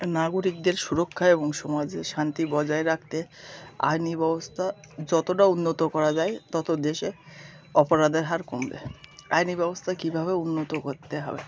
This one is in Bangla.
নাগরিকদের সুরক্ষা এবং সমাজে শান্তি বজায় রাখতে আইনি ব্যবস্থা যতোটা উন্নত করা যায় তত দেশে অপরাধের হার কমবে আইনি ব্যবস্থা কীভাবে উন্নত করতে হবে